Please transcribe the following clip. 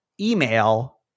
email